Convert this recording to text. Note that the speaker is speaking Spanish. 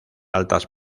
altas